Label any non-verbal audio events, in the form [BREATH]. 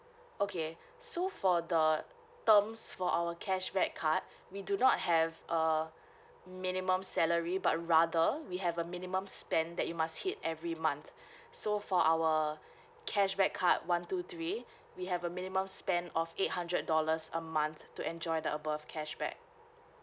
okay so for the terms for our cashback card we do not have a minimum salary but rather we have a minimum spend that you must hit every month [BREATH] so for our cashback card one two three we have a minimum spend of eight hundred dollars a month to enjoy the above cashback